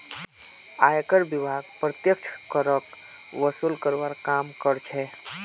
आयकर विभाग प्रत्यक्ष करक वसूल करवार काम कर्छे